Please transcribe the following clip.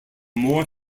more